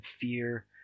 fear